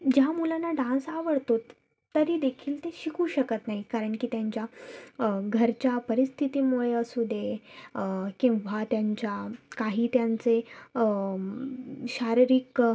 ज्या मुलांना डान्स आवडतो त तरीदेखील ते शिकू शकत नाही कारण की त्यांच्या घरच्या परिस्थितीमुळे असू दे किंवा त्यांच्या काही त्यांचे शारीरिक